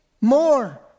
more